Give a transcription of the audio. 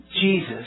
Jesus